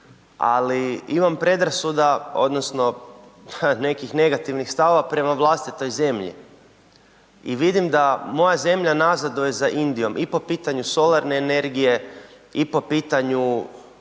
ali imam predrasuda odnosno nekih negativnih stavova prema vlastitoj zemlji i vidim da moja zemlja nazaduje za Indijom i po pitanju solarne energije i po pitanju